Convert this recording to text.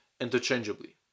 interchangeably